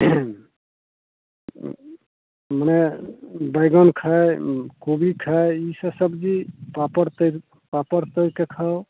एतऽ आउ मने बैगन खाय कोबी खाय ई सब सब्जी पापड़ तैरि पापड़ तैरिके खाउ